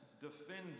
defender